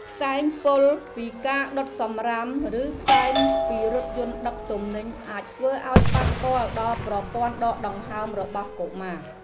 ផ្សែងពុលពីការដុតសំរាមឬផ្សែងពីរថយន្តដឹកទំនិញអាចធ្វើឱ្យប៉ះពាល់ដល់ប្រព័ន្ធដកដង្ហើមរបស់កុមារ។